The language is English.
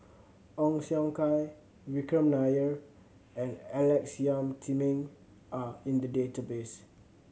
Ong Siong Kai Vikram Nair and Alex Yam Ziming are in the database